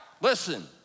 listen